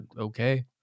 okay